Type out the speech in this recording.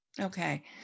Okay